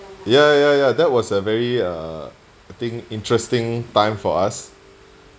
ya ya ya that was a very uh I think interesting time for us